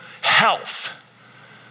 health